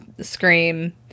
Scream